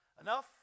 enough